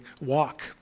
walk